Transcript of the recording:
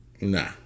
Nah